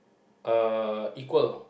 uh equal